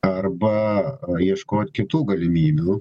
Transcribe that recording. arba ieško kitų galimybių